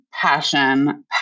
passion